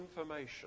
information